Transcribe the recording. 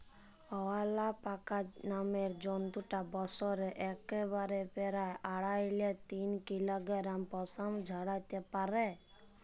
অয়ালাপাকা নামের জন্তুটা বসরে একবারে পেরায় আঢ়াই লে তিন কিলগরাম পসম ঝরাত্যে পারে